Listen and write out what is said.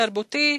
תרבותי,